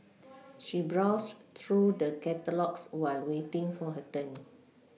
she browsed through the catalogues while waiting for her turn